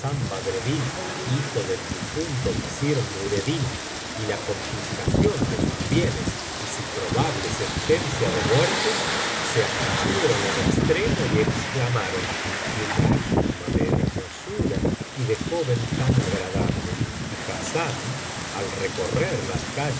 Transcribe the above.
badreddin hijo del difunto visir nureddin y la confiscación de sus bienes y su probable sentencia de muerte se afligieron en extremo y exclamaron qué lástima de hermosura y de joven tan agradable y hassán al recorrer las